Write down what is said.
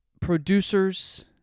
Producers